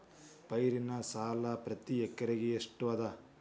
ಪೈರಿನ ಸಾಲಾ ಪ್ರತಿ ಎಕರೆಗೆ ಎಷ್ಟ ಅದ?